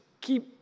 keep